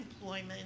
employment